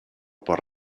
por